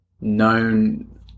known